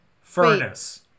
Furnace